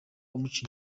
umuca